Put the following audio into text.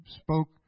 spoke